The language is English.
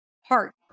heart